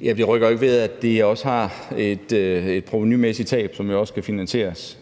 Det rykker jo ikke ved, at det også giver et provenutab, som skal finansieres.